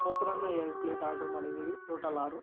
ಮೊಸರನ್ನ ಎರ್ಡು plate order ಮಾಡಿದ್ದೀವಿ ಟೋಟಲ್ ಆರು